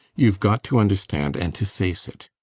youve got to understand and to face it.